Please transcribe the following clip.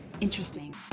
interesting